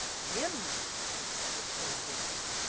him, your lordship! exclaimed wilkins.